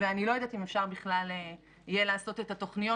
ואני לא יודעת אם אפשר בכלל יהיה לעשות את התוכניות,